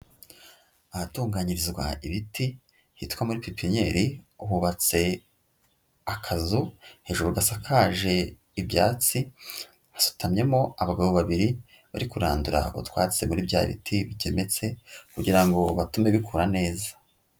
Ahatunganyirizwa ibiti hitwa muri pipinyeri, hubatse akazu hejuru gasakaje ibyatsi, hasutamyemo abagabo babiri bari kurandura utwatsi muri bya biti bigemetse kugira ngo batume bikura neza.